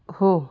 हो